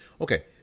Okay